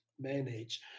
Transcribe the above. manage